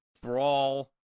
brawl